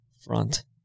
front